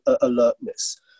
alertness